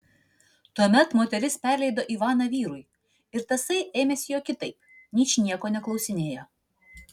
tuomet moteris perleido ivaną vyrui ir tasai ėmėsi jo kitaip ničnieko neklausinėjo